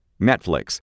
Netflix